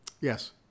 Yes